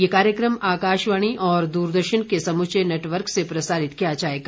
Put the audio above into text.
यह कार्यक्रम आकाशवाणी और दूरदर्शन के समूचे नेटवर्क से प्रसारित किया जाएगा